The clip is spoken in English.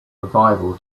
revival